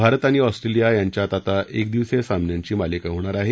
भारत आणि ऑस्टेलियात यांच्यात आता एकदिवसीय सामन्याची मालिका होणार आहे